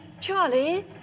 Charlie